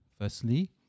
Firstly